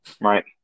Right